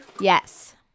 Yes